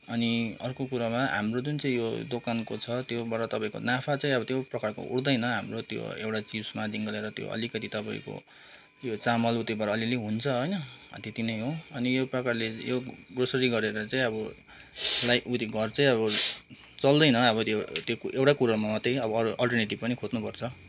अनि अर्को कुरामा हाम्रो जुन चाहिँ यो दोकानको छ त्योबाट तपाईँको नाफा चाहिँ अब त्यो प्रकारको उठ्दैन हाम्रो त्यो एउटा चिप्समा देखिको लिएर त्यो अलिकति तपाईँको यो चामल त्योबाट अलिअलि हुन्छ होइन त्यति नै हो अनि यो प्रकारले यो ग्रोसरी गरेर चाहिँ अब लाइफ उ त्यो अब घर चाहिँ चल्दैन अब त्यो त्यो एउटा कुरामा मात्रै अरू अल्टरनेटिभ पनि खोज्नुपर्छ